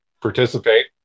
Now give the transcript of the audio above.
participate